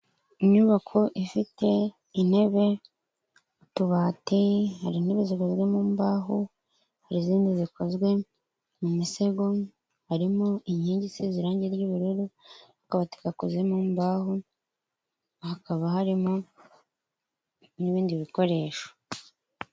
Inyubako ifite intebe, utubati, hari intebe zikozwe mu mbaho, hari izindi zikozwe mu misego, harimo inkingi isize irangi ry'ubururu, akabati gakoze mu mbaho, hakaba harimo n'ibindi bikoresho.